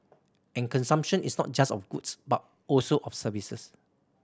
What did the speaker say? and consumption is not just of goods but also of services